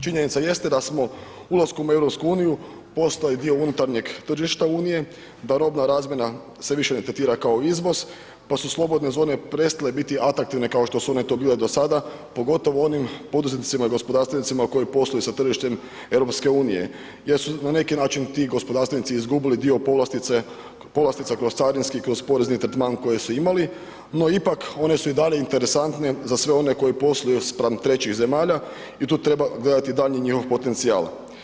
Činjenica jeste da smo ulaskom u EU postali dio unutarnjeg tržišta Unije, da robna razmjena sve više ne tretira kao izvoz pa su slobodne zone prestale biti atraktivne kao što su one to bile do sada pogotovo u onim poduzetnicima i gospodarstvenicima koji posluju sa tržištem EU-a jer su na neki način ti gospodarstvenici izgubili dio povlastica kroz carinski i kroz porezni tretman koji su imali no ipak one su i dalje interesantne za sve one koji posluju spram trećih zemalja i tu treba gledati daljnji njihov potencijal.